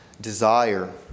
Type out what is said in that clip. desire